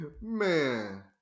Man